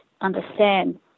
understand